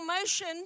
motion